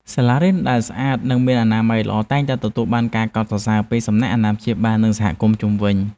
សាលារៀនដែលស្អាតនិងមានអនាម័យល្អតែងតែទទួលបានការកោតសរសើរពីសំណាក់អាណាព្យាបាលនិងសហគមន៍ជុំវិញ។